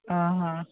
आं आं